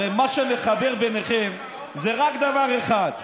הרי מה שמחבר ביניכם זה רק דבר אחד,